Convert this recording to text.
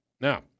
Now